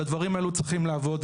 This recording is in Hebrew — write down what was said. על הדברים האלו צריכים לעבוד.